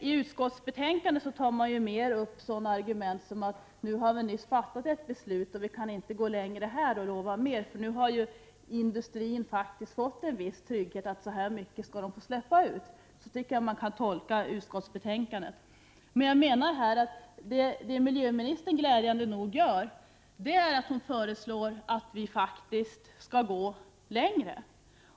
I utskottsbetänkandet använder man sig mer av sådana argument som att det nyss har fattats ett beslut. Därför kan man inte gå längre och lova mer. Industrin har ju fått riktlinjer för hur mycket som får släppas ut. Jag tycker att man kan tolka utskottsbetänkandet på det sättet. Glädjande nog föreslår miljöministern att vi faktiskt skall gå längre.